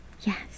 Yes